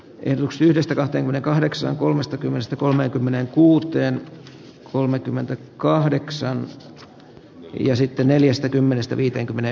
en jos yhdestä kahteen kahdeksan kolmestakymmenestä kolmeenkymmeneenkuuteen kolmekymmentä kahdeksan ja sitten neljästäkymmenestä viitenkymmenen